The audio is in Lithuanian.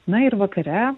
na ir vakare